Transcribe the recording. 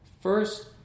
first